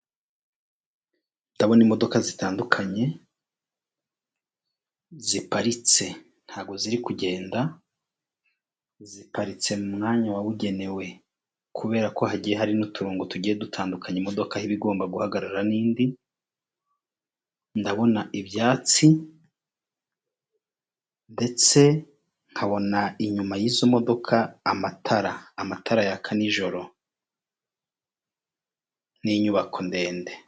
Ndabona imodoka zitandukanye, ziparitse ntago ziri kugenda ziparitse mu mwanya wabugenewe kubera ko hagiye hari n'uturongongu tujye dutandukanya imodoka ibagomba guhagarara n'indi, ndabona ibyatsi, ndetse nkabona inyuma y'izo modoka amatara, amatara yaka nijoro, n'inyubako ndende.